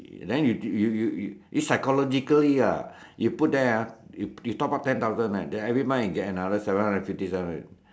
then you you it's psychologically ah you put there ah you top up ten thousand right then every month can get another seven hundred and fifty seven